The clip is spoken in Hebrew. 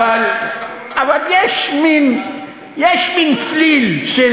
אבל יש מין צליל של